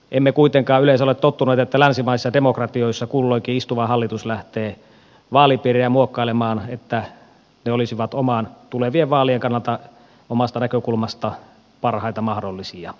emme kuitenkaan yleensä ole tottuneet että länsimaisissa demokratioissa kulloinkin istuva hallitus lähtee vaalipiirejä muokkailemaan niin että ne olisivat tulevien vaalien kannalta omasta näkökulmasta parhaita mahdollisia